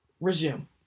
Resume